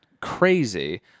crazy